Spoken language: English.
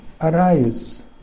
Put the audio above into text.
arise